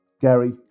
Gary